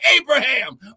Abraham